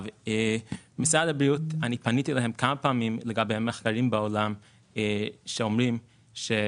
פניתי למשרד הבריאות עם המחקרים בעולם שמצביעים על כך